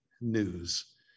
news